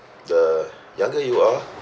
the younger you are